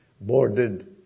boarded